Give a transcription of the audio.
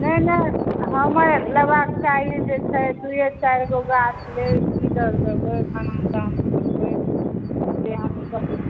नहि नहि हमर लेबाके चाही जे छै दुए चारिगो गाछ लेबै की दर देबै केना दाम करबै से अहाँ